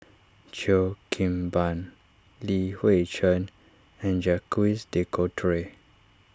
Cheo Kim Ban Li Hui Cheng and Jacques De Coutre